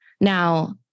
Now